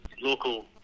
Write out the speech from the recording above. local